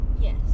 Yes